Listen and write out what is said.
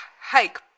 hike